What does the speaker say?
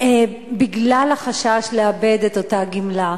בגלל החשש לאבד את אותה גמלה.